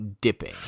dipping